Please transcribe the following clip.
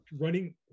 running